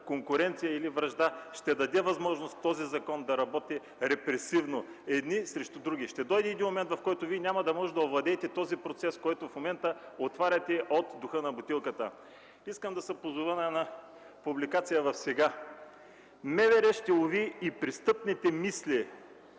конкуренция или вражда ще даде възможност този закон да работи репресивно – едни срещу други. Ще дойде момент, в който Вие няма да можете да овладеете този процес, който в момента отваряте като дух от бутилката. Искам да се позова на една публикация във вестник „Сега”: „МВР ще лови и престъпните мисли”.